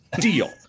Deal